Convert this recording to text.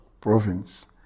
province